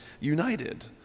united